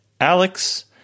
Alex